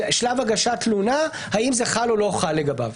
שלב הגשת תלונה, האם זה חל או לא חל לגביו.